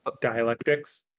dialectics